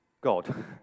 God